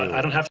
i don't have